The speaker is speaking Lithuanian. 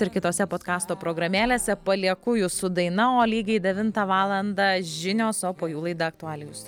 ir kitose podkasto programėlėse palieku jūsų daina o lygiai devintą valandą žinios o po jų laida aktualijų stud